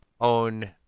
own